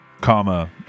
Comma